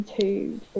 two